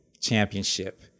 championship